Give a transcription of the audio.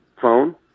phone